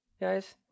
Guys